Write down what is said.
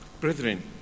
Brethren